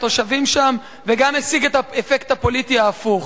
התושבים שם וגם השיג את האפקט הפוליטי ההפוך,